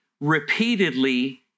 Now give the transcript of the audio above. repeatedly